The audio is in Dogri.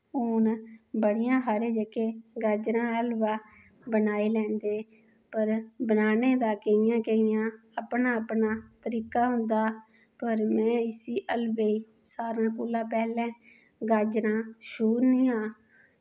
हून बड़ियां हारे जेह्के गाजरां हलबा बनाई लैंदे पर बनाने दा केईयां केईयां अपना अपना तरीका होंदा पर में इस्सी हलवे सारें कोला पैह्लें गाजरां छूरनी आं